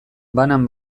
banan